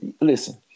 Listen